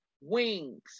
wings